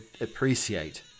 appreciate